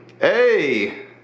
Hey